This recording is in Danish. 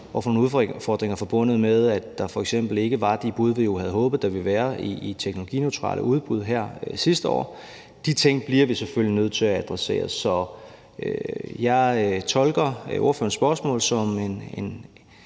over for nogle udfordringer forbundet med, at der f.eks. ikke var de bud, vi jo havde håbet der ville være, i teknologineutrale udbud her sidste år. De ting bliver vi selvfølgelig nødt til at adressere, og jeg tolker ordførerens spørgsmål som